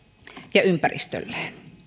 ja ympäristölleen